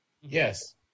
Yes